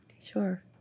Sure